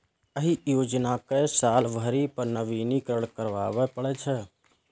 एहि योजना कें साल भरि पर नवीनीकरण कराबै पड़ै छै